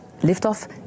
Liftoff